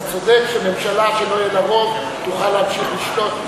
אתה צודק שממשלה שלא יהיה לה רוב תוכל להמשיך לשלוט,